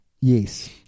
Yes